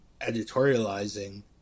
editorializing